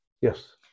Yes